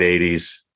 80s